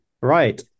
Right